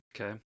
Okay